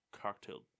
cocktail